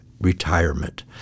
retirement